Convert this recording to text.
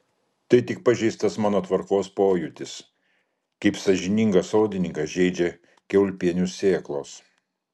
tai tik pažeistas mano tvarkos pojūtis kaip sąžiningą sodininką žeidžia kiaulpienių sėklos